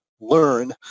learn